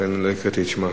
לכן לא הקראתי את שמה.